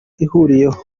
ihuriyeho